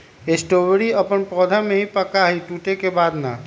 strawberry अपन पौधा में ही पका हई टूटे के बाद ना